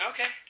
Okay